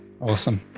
Awesome